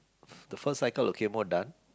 the first cycle okay more done